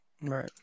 Right